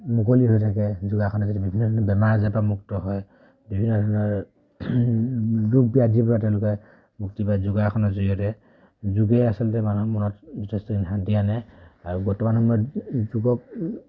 মুকলি হৈ থাকে যোগাসনে যদি বিভিন্ন ধৰণৰ বেমাৰ আজাৰৰপৰা মুক্ত হয় বিভিন্ন ধৰণৰ ৰোগ ব্যাধিৰপৰা তেওঁলোকে মুক্তি পায় যোগাসনৰ জৰিয়তে যোগে আচলতে মানুহৰ মনত যথেষ্ট শান্তি আনে আৰু বৰ্তমান সময়ত যুগক